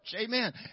amen